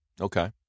Okay